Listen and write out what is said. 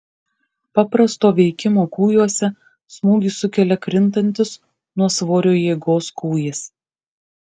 paprasto veikimo kūjuose smūgį sukelia krintantis nuo svorio jėgos kūjis